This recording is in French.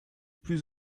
plus